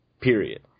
period